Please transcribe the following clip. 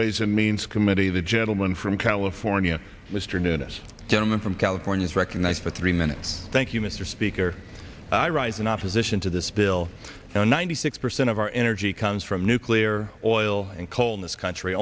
ways and means committee the gentleman from california mr noonish gentleman from california is recognized for three minutes thank you mr speaker i rise in opposition to this bill now ninety six percent of our energy comes from nuclear oil and coal in this country